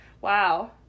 Wow